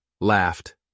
Laughed